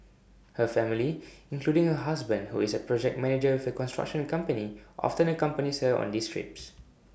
her family including her husband who is A project manager with A construction company often accompanies her on these trips